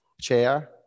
chair